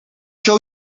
show